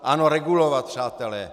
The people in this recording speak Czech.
Ano, regulovat, přátelé.